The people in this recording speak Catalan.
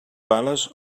bales